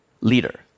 leader